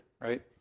right